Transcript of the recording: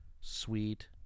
Sweet